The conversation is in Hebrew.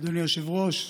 אדוני היושב-ראש,